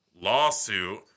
lawsuit